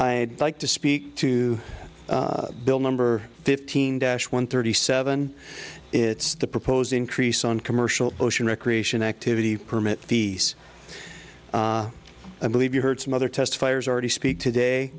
i like to speak to bill number fifteen dash one thirty seven it's the proposed increase on commercial ocean recreation activity permit the i believe you heard some other testifiers already speak today